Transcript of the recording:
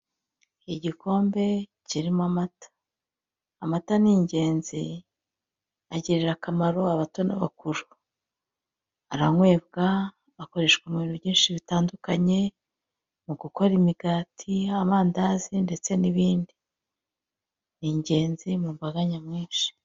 Igikombe kirimo amata. Amata ni ingenzi agirira akamaro abato n'abakuru. Aranywebwa, akoreshwa mu bintu byinshi bitandukanye, mu gukora imigati, amandazi, ndetse n'ibindi. Ni ingenzi mu mbaga nyamwinshi.